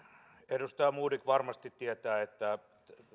edustaja modig varmasti tietää että